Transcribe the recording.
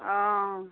অঁ